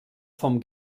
vom